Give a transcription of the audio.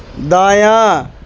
دایاں